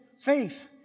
faith